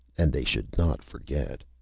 and they should not forget.